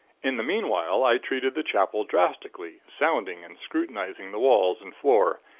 in the meanwhile, i treated the chapel drastically, sounding and scrutinizing the walls and floor,